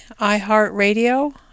iHeartRadio